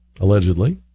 allegedly